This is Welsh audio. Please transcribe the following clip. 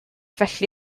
felly